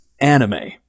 anime